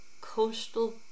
Coastal